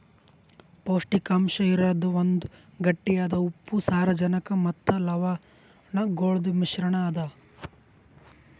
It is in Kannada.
ಪೌಷ್ಟಿಕಾಂಶ ಇರದ್ ಒಂದ್ ಗಟ್ಟಿಯಾದ ಉಪ್ಪು, ಸಾರಜನಕ ಮತ್ತ ಲವಣಗೊಳ್ದು ಮಿಶ್ರಣ ಅದಾ